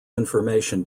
information